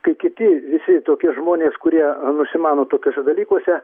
kai kiti visi tokie žmonės kurie nusimano tokiuose dalykuose